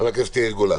חבר הכנסת יאיר גולן.